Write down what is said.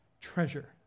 treasure